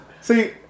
See